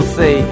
say